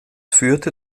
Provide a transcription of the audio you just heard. führte